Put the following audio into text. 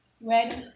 Ready